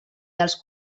dels